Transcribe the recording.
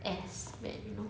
as bad you know